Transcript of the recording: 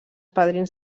padrins